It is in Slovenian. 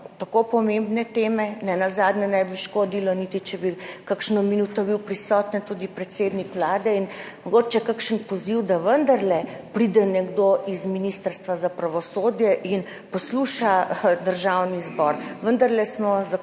tako pomembne teme. Nenazadnje ne bi škodilo niti, če bi kakšno minuto bil prisoten tudi predsednik Vlade in mogoče kakšen poziv, da vendarle pride nekdo iz Ministrstva za pravosodje in posluša Državni zbor. Vendarle smo zakonodajna